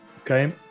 Okay